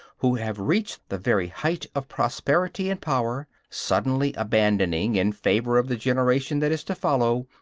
who have reached the very height of prosperity and power, suddenly abandoning, in favor of the generation that is to follow,